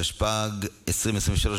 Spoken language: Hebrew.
התשפ"ג 2023,